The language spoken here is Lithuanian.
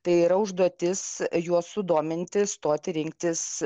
tai yra užduotis juos sudominti stoti rinktis